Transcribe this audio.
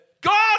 God